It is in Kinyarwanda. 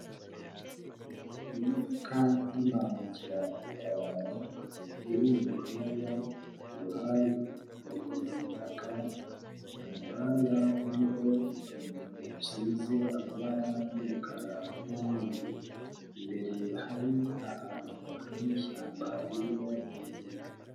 Imodoka y'imbangukiragutabara iri mu muhanda, iruhande hari ibitaka, umuhanda uriho utuntu dusize amabara y'umukara n'umweru, imbere hari ahantu hari ishyamba ririmo ibiti.